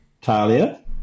Talia